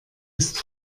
ist